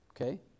okay